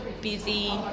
busy